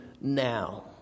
now